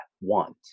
want